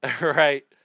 Right